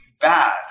bad